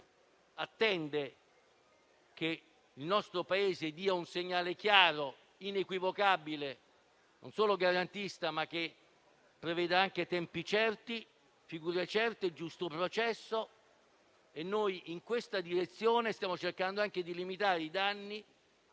attende che il nostro Paese dia un segnale chiaro ed inequivocabile, non solo garantista, ma che preveda anche tempi certi, figure certe e giusto processo. In questa direzione, stiamo cercando anche di limitare i danni